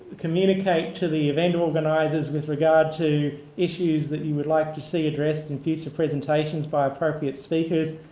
communicate to the event organizers with regard to issues that you would like to see addressed in future presentations by appropriate speakers.